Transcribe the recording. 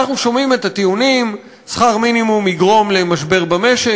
אנחנו שומעים את הטיעונים: שכר מינימום יגרום למשבר במשק.